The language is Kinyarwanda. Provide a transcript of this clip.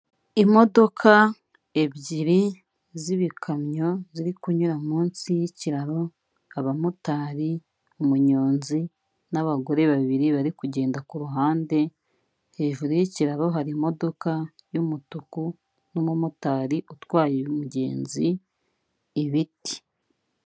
Imodoka ebyiri z'ibikamyo ziri kunyura munsi y'ikiraro, abamotari, umunyonzi n'abagore babiri bari kugenda kuruhande, hejuru y'ikiraro hari imodoka y'umutuku n'umumotari utwaye umugenzi, ibiti.